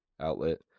outlet